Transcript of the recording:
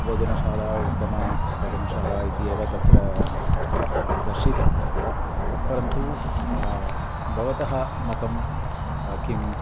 भोजनशाला उत्तमा भोजनशाला इति एव तत्र दर्शितं परन्तु भवतः मतं किम्